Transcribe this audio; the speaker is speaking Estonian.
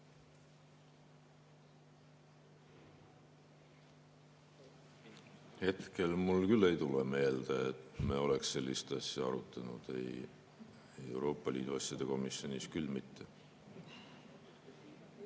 Hetkel mul küll ei tule meelde, et me oleks sellist asja arutanud. Ei, Euroopa Liidu asjade komisjonis küll mitte.